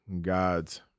God's